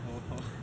(uh huh)